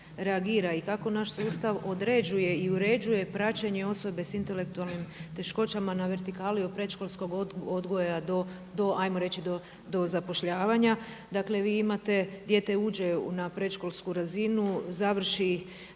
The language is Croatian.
i kako naš sustav određuje i uređuje praćenje osobe sa intelektualnim teškoćama na vertikali od predškolskog odgoja do hajmo reći do zapošljavanja. Dakle, vi imate, dijete uđe na predškolsku razinu, završi,